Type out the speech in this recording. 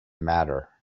matter